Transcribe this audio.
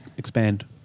expand